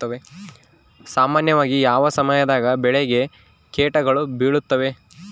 ಸಾಮಾನ್ಯವಾಗಿ ಯಾವ ಸಮಯದಾಗ ಬೆಳೆಗೆ ಕೇಟಗಳು ಬೇಳುತ್ತವೆ?